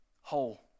whole